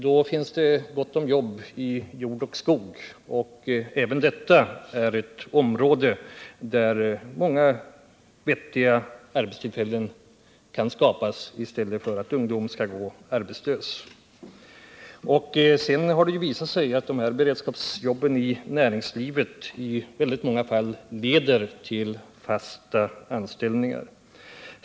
Då finns det goda möjligheter att skapa många nya arbetstillfällen i jordoch skogsbruket för arbetslös ungdom. Det har ju också visat sig att beredskapsjobben i näringslivet i många fall leder till fasta anställningar.